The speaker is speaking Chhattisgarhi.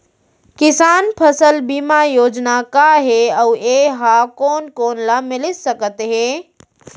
किसान फसल बीमा योजना का हे अऊ ए हा कोन कोन ला मिलिस सकत हे?